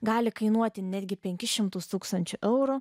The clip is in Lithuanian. gali kainuoti netgi penkis šimtus tūkstančių eurų